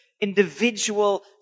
individual